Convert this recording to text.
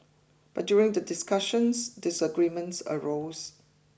but during the discussions disagreements arose